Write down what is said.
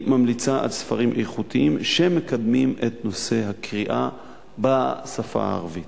היא ממליצה על ספרים איכותיים שמקדמים את נושא הקריאה בשפה הערבית.